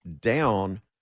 down